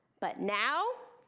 but now.